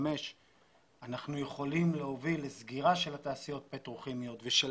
אנחנו יכולים להוביל לסגירה של התעשיות הפטרוכימיות ושל